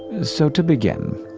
so, to begin.